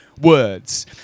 words